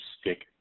stick